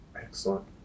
Excellent